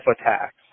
attacks